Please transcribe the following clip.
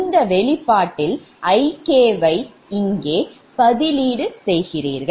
இந்த வெளிப்பாட்டில் Ik வை இங்கே பதிலீடு செய்கிறீர்கள்